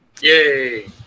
Yay